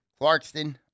Clarkston